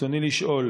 ברצוני לשאול: